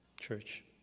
church